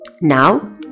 Now